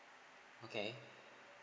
okay